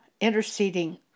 interceding